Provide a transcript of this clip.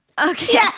Okay